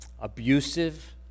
abusive